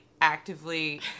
actively